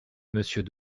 monsieur